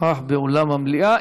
נוכח באולם המליאה.